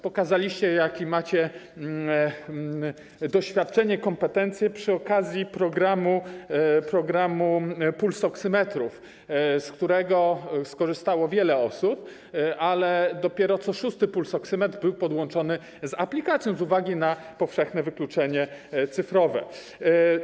Pokazaliście, jakie macie doświadczenie, kompetencje przy okazji programu pulsoksymetrów, z którego skorzystało wiele osób, ale dopiero co szósty pulsoksymetr był podłączony z aplikacją z uwagi na powszechne wykluczenie cyfrowe.